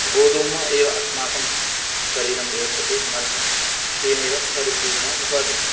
गोधूम एव अस्माकं शरीरं रोचते मनः तेनैव परिपूर्णा भवति